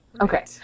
Okay